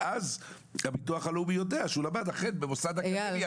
ואז הביטוח הלאומי יודע שהסטודנט אכן למד במוסד אקדמי,